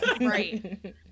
right